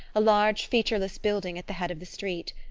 a large featureless building at the head of the street.